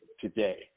today